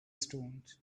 stones